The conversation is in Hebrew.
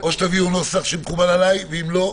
חברים, או שתביאו נוסח שמקובל עליי, ואם לא,